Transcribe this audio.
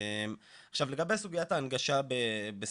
עכשיו, לגבי סוגית ההנגשה בסטרימינג,